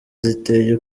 ziteye